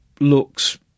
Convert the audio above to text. looks